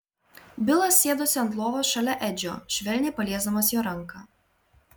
bilas sėdosi ant lovos šalia edžio švelniai paliesdamas jo ranką